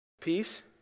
Peace